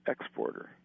exporter